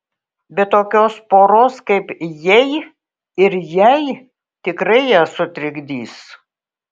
bet tokios poros kaip jei ir jai tikrai ją sutrikdys